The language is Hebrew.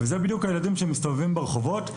זה בדיוק הילדים שמסתובבים ברחובות,